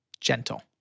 gentle